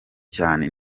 cyane